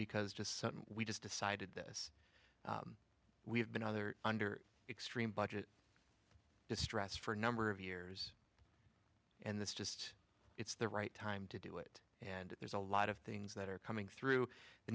because just something we just decided this we have been other under extreme budget distress for a number of years and that's just it's the right time to do it and there's a lot of things that are coming through the